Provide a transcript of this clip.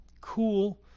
cool